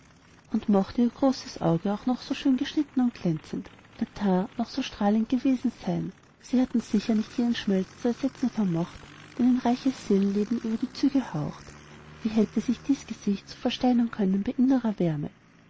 und mochte ihr großes auge auch noch so schön geschnitten und glänzend ihr teint noch so strahlend gewesen sein sie hatten sicher nicht jenen schmelz zu ersetzen vermocht den ein reiches seelenleben über die züge haucht wie hätte sich dies gesicht so versteinern können bei innerer wärme